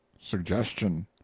Suggestion